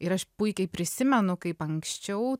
ir aš puikiai prisimenu kaip anksčiau